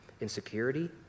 insecurity